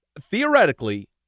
theoretically